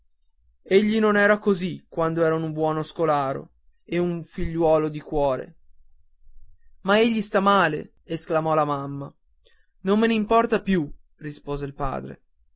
egli non era così quando era uno scolaro studioso e un figliuolo di cuore ma egli sta male esclamò la mamma non me ne importa più rispose il padre